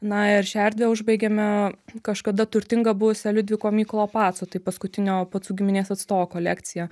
na ir šią erdvę užbaigiame kažkada turtinga buvusia liudviko mykolo paco tai paskutinio pacų giminės atstovo kolekcija